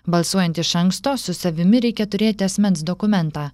balsuojant iš anksto su savimi reikia turėti asmens dokumentą